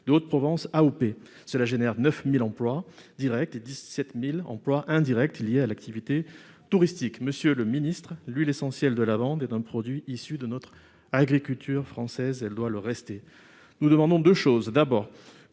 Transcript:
de Haute-Provence AOP. Elle génère 9 000 emplois directs et 17 000 emplois indirects liés à l'activité touristique. Monsieur le secrétaire d'État, l'huile essentielle de lavande est un produit issu de l'agriculture française et doit le rester. Nous vous demandons que soit